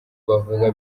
bavuga